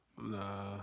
Nah